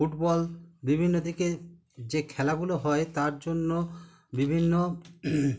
football বিভিন্ন দিকে যে খেলাগুলো হয় তার জন্য বিভিন্ন